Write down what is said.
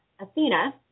Athena